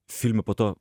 filme po to